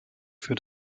für